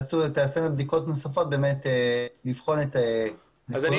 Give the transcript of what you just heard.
ייעשו בדיקות נוספות כדי לבחון את הדברים.